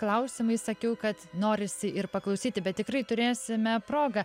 klausimais sakiau kad norisi ir paklausyti bet tikrai turėsime progą